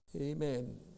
Amen